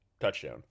touchdown